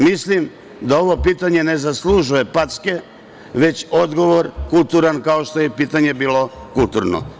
Mislim da ovo pitanje ne zaslužuje packe, već kulturan odgovor, kao što je i pitanje bilo kulturno.